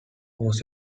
was